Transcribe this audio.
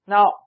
Now